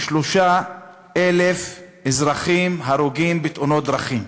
33,000 אזרחים הרוגים בתאונות דרכים.